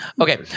Okay